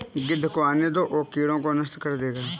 गिद्ध को आने दो, वो कीड़ों को नष्ट कर देगा